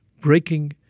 breaking